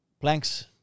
planks